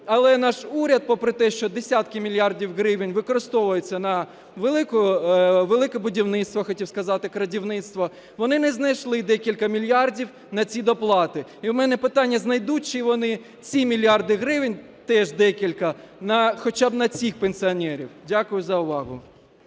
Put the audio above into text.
але наш уряд, попри те, що десятки мільярдів гривень використовується на "Велике будівництво", хотів сказати "крадівництво", вони не знайшли декілька мільярдів на ці доплати. І в мене питання: знайдуть чи вони ці мільярди гривень, теж декілька, хоча б на цих пенсіонерів? Дякую за увагу.